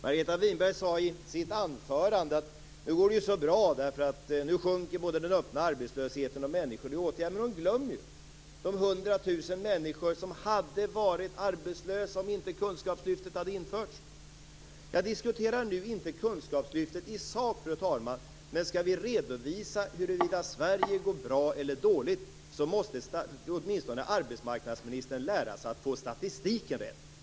Margareta Winberg sade i sitt anförande att det går så bra - nu sjunker den öppna arbetslösheten och antalet människor som är föremål för åtgärder minskar. Men hon glömmer de 100 000 människor som skulle ha varit arbetslösa om inte kunskapslyftet hade införts. Jag diskuterar inte nu kunskapslyftet i sak, fru talman, men om vi skall redovisa huruvida Sverige går bra eller dåligt måste arbetsmarknadsministern åtminstone lära sig att få statistiken rätt.